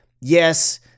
yes